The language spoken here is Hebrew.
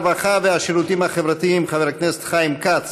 הרווחה והשירותים החברתיים חבר הכנסת חיים כץ